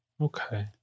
Okay